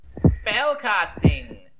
Spellcasting